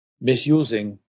misusing